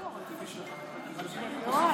מקובל.